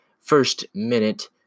first-minute